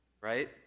right